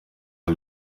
all